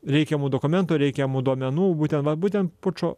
reikiamų dokumentų reikiamų duomenų būtent va būtent pučo